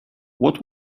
what